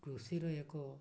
କୃଷିର ଏକ